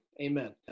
amen